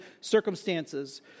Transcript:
circumstances